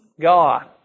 God